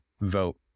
vote